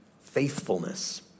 Faithfulness